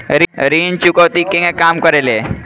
ऋण चुकौती केगा काम करेले?